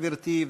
גברתי,